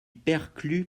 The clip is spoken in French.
perclus